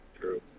true